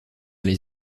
les